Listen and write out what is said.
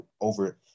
over